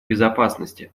безопасности